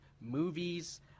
movies